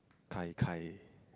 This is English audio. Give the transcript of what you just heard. kai kai